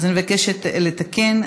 אז אני מבקשת לתקן,